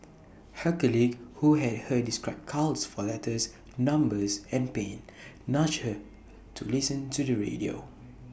her colleague who had heard her describe cows for letters numbers and pain nudged her to listen to the radio